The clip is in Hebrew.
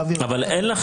אין לי בעיה להעביר.